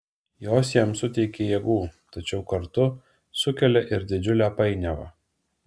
jos jam suteikia jėgų tačiau kartu sukelia ir didžiulę painiavą